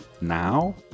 now